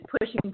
pushing